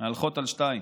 מהלכות על שתיים.